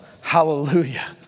Hallelujah